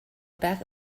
back